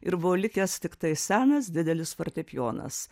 ir buvo likęs tiktai senas didelis fortepijonas